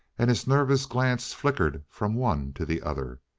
and his nervous glance flickered from one to the other.